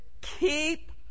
Keep